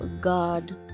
God